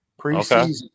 Preseason